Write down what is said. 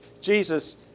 Jesus